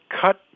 cut